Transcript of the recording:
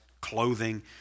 clothing